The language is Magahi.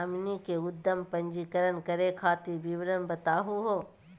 हमनी के उद्यम पंजीकरण करे खातीर विवरण बताही हो?